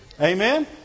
amen